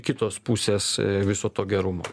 kitos pusės viso to gerumo